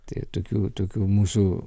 tai tokių tokių mūsų